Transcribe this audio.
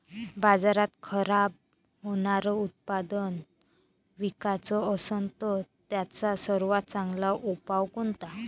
बाजारात खराब होनारं उत्पादन विकाच असन तर त्याचा सर्वात चांगला उपाव कोनता?